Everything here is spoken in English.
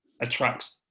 attracts